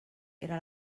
era